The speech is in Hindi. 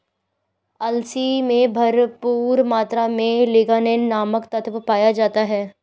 अलसी में भरपूर मात्रा में लिगनेन नामक तत्व पाया जाता है